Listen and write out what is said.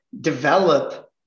develop